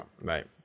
Right